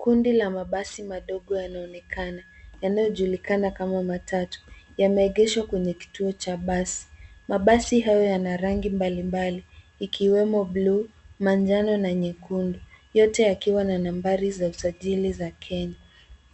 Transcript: Kundi la mabasi madogo yanaonekana yanayojulikana kama matatu. Yameegeshwa kwenye kituo cha basi. Mabasi hayo yana rangi mbalimbali ikiwemo blue ,manjano na nyekundu yote yakiwa na nambari za usajili za Kenya.